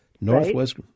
northwest